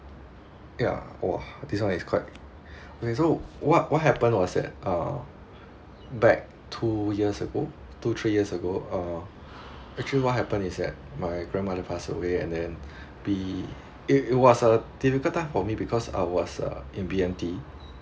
ya !whoa! this one is quite okay so what what happened was that uh back two years ago two three years ago uh actually what happened is that my grandmother passed away and then be it it was a difficult time for me because I was uh in B_M_T